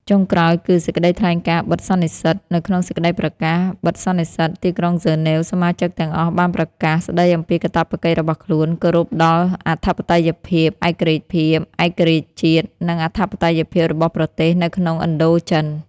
ចុងក្រោយគឺ សេចក្តីថ្លែងការបិទសន្និសីទ នៅក្នុងសេចក្តីប្រកាសបិទសន្និសីទទីក្រុងហ្សឺណវ សមាជិកទាំងអស់បានប្រកាស ស្តីអំពីកាតព្វកិច្ចរបស់ខ្លួន គោរពដល់អធិបតេយ្យភាព ឯករាជ្យភាព ឯករាជ្យជាតិ និងអធិបតេយ្យភាពរបស់ប្រទេសនៅក្នុងឥណ្ឌូ ចិន។